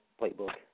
playbook